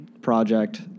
project